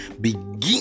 begin